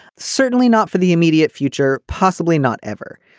certainly not for the immediate future. possibly not ever.